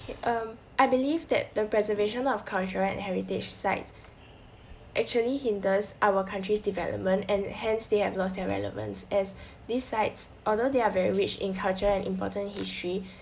um I believe that the preservation of cultural and heritage sites actually hinders our country's development and hence they have lost their relevance as these sites although they are very rich in culture and important history